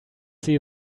see